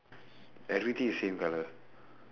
everything is same colour